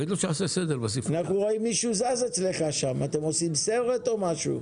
אתם עושים סרט או משהו?